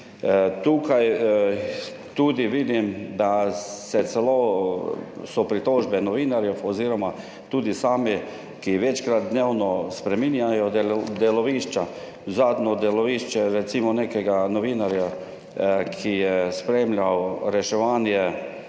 Tukaj tudi vidim, da so celo pritožbe novinarjev, ki večkrat dnevno spreminjajo delovišča. Zadnje delovišče recimo nekega novinarja, ki je spremljal reševanje